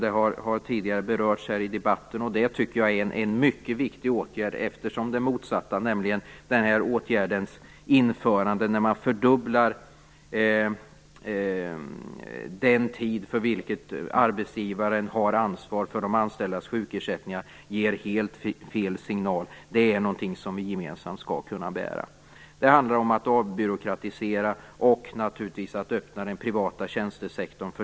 Detta har berörts tidigare i debatten. Jag tycker att det är en mycket viktig åtgärd. Motsatsen, dvs. fördubblingen av den tid under vilken arbetsgivaren har ansvar för de anställdas sjukersättningar, är helt fel signal. Det gäller någonting som vi gemensamt skall kunna bära. Det handlar om att avbyråkratisera och naturligtvis om att öppna den privata tjänstesektorn.